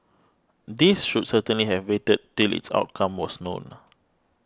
these should certainly have waited till its outcome was known